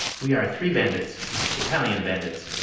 we are three bandits italian bandits.